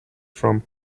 from